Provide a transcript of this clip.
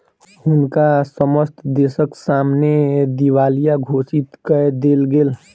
हुनका समस्त देसक सामने दिवालिया घोषित कय देल गेल